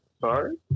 sorry